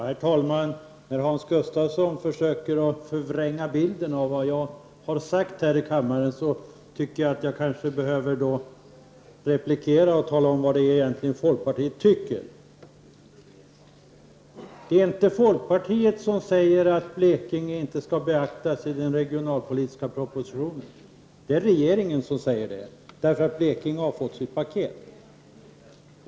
Herr talman! När Hans Gustafsson försöker förvränga bilden av vad jag har sagt här i kammaren, kanske jag måste replikera och tala om vad folk partiet egentligen tycker. Det är inte folkpartiet som säger att Blekinge inte skall beaktas i den regionalpolitiska propositionen — det är regeringen som säger det, därför att Blekinge har fått sitt paket.